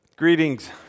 Greetings